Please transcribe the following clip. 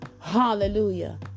Hallelujah